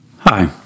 Hi